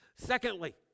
Secondly